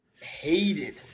hated